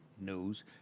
news